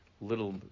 little